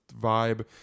vibe